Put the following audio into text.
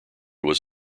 was